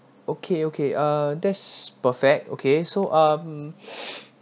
okay okay uh that's perfect okay so um